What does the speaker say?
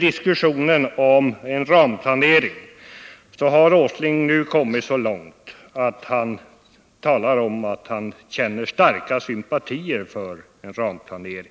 diskussionen om en ramplanering har Nils Åsling nu kommit så långt att han säger att han känner starka sympatier för en ramplanering.